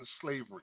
slavery